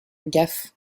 gaffes